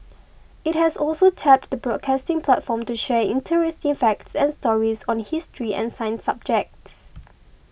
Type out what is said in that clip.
it has also tapped the broadcasting platform to share interesting facts and stories on history and science subjects